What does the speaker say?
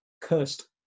cursed